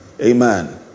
Amen